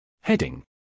Heading